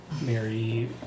Mary